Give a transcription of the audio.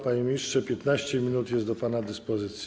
Panie ministrze, 15 minut jest do pana dyspozycji.